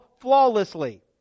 flawlessly